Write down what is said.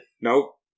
Nope